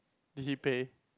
did he pay